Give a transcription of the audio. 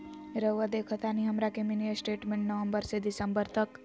रहुआ देखतानी हमरा के मिनी स्टेटमेंट नवंबर से दिसंबर तक?